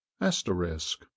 asterisk